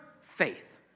faith